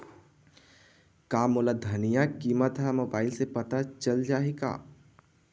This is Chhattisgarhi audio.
का मोला धनिया किमत ह मुबाइल से पता चल जाही का?